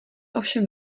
ovšem